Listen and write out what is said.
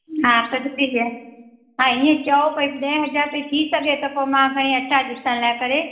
हा तॾहिं तईं कयां हा ईअं चओ भई ॾहें हज़ारे ताईं थी सघे त मां खणी अचां ॾिसणु लाइ करे